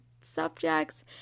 subjects